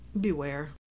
Beware